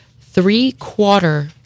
three-quarter